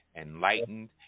enlightened